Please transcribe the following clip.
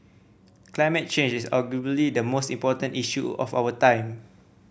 climate change is arguably the most important issue of our time